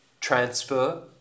transfer